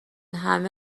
همه